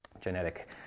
genetic